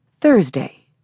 Thursday